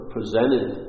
Presented